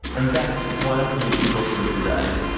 and that's why i'm here to talk to him today,